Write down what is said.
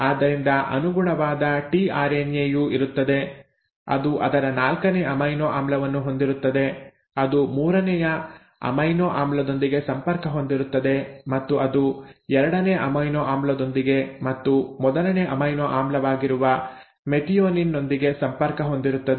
ಆದ್ದರಿಂದ ಅನುಗುಣವಾದ ಟಿಆರ್ಎನ್ಎ ಯು ಇರುತ್ತದೆ ಅದು ಅದರ ನಾಲ್ಕನೇ ಅಮೈನೊ ಆಮ್ಲವನ್ನು ಹೊಂದಿರುತ್ತದೆ ಅದು ಮೂರನೆಯ ಅಮೈನೊ ಆಮ್ಲದೊಂದಿಗೆ ಸಂಪರ್ಕ ಹೊಂದಿರುತ್ತದೆ ಮತ್ತು ಅದು ಎರಡನೇ ಅಮೈನೊ ಆಮ್ಲದೊಂದಿಗೆ ಮತ್ತು ಮೊದಲ ಅಮೈನೊ ಆಮ್ಲವಾಗಿರುವ ಮೆಥಿಯೋನಿನ್ ನೊಂದಿಗೆ ಸಂಪರ್ಕ ಹೊಂದಿರುತ್ತದೆ